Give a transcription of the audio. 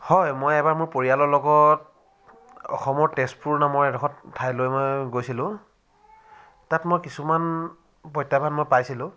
হয় মই এবাৰ মোৰ পৰিয়ালৰ লগত অসমৰ তেজপুৰ নামৰ এডোখৰ ঠাইলৈ মই গৈছিলোঁ তাত মই কিছুমান প্ৰত্যাহ্বান মই পাইছিলোঁ